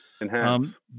enhance